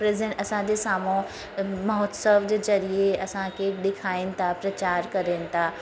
present असांजे साम्हूं महोत्सव जे ज़रिये असांखे ॾेखारिनि था प्रचार करण था